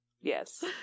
Yes